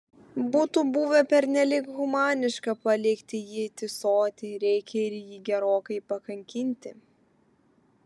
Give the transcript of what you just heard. būtų buvę pernelyg humaniška palikti jį tįsoti reikia ir jį gerokai pakankinti